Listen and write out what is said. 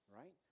right